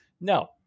No